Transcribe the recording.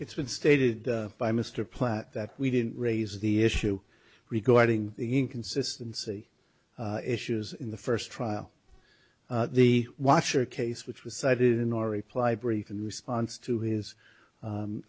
it's been stated by mr platt that we didn't raise the issue regarding the inconsistency issues in the first trial the washer case which was cited in or reply brief in response to his